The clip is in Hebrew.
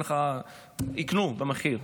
יקנו במחיר.